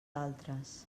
altres